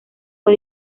fue